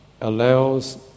allows